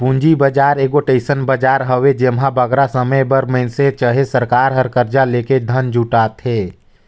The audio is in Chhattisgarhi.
पूंजी बजार एगोट अइसन बजार हवे जेम्हां बगरा समे बर मइनसे चहे सरकार हर करजा लेके धन जुटाथे